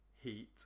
Heat